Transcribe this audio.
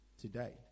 today